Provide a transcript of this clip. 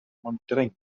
monitoring